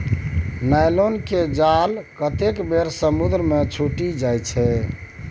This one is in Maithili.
नायलॉन केर जाल कतेक बेर समुद्रे मे छुटि जाइ छै